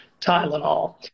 Tylenol